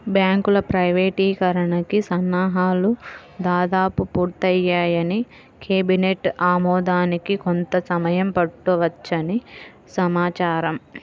బ్యాంకుల ప్రైవేటీకరణకి సన్నాహాలు దాదాపు పూర్తయ్యాయని, కేబినెట్ ఆమోదానికి కొంత సమయం పట్టవచ్చని సమాచారం